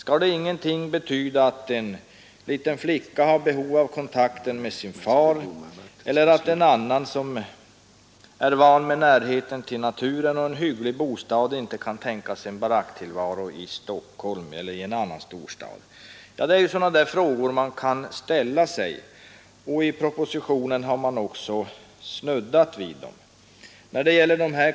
Kan det ingenting betyda att en liten flicka har behov av kontakten med sin far eller att en annan, som är van vid närheten till naturen och en hygglig bostad, inte kan tänka sig en baracktillvaro i Stockholm eller i en annan storstad? Ja, sådana frågor kan man ställa sig, och i propositionen har man också snuddat vid dem.